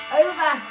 over